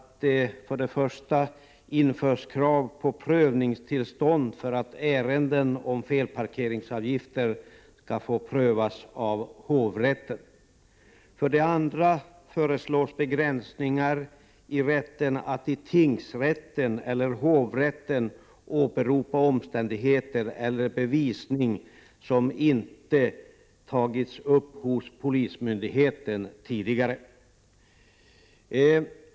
2. föreslås begränsningar i rätten att i tingsrätten eller hovrätten åberopa omständigheter eller bevisning som inte tagits upp hos polismyndigheten tidigare.